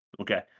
Okay